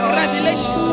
revelation